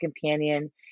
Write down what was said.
companion